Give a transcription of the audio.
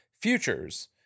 Futures